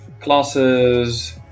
classes